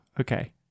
Okay